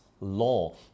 law